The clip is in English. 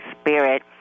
Spirit